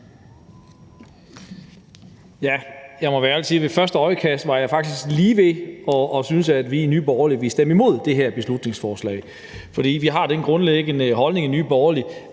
Jeg må være ærlig og sige, at ved første øjekast var jeg faktisk lige ved at synes, at vi i Nye Borgerlige ville stemme imod det her beslutningsforslag, fordi vi har den grundlæggende holdning i Nye Borgerlige,